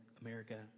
America